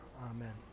Amen